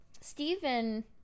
Stephen